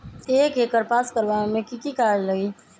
एकर पास करवावे मे की की कागज लगी?